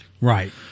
Right